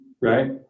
right